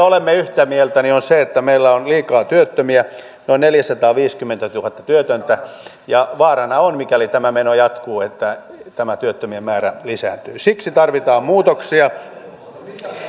olemme yhtä mieltä on se että meillä on liikaa työttömiä noin neljäsataaviisikymmentätuhatta työtöntä ja vaarana on mikäli tämä meno jatkuu että tämä työttömien määrä lisääntyy siksi tarvitaan muutoksia